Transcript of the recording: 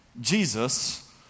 Jesus